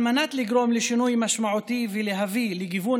על מנת לגרום לשינוי משמעותי ולהביא לגיוון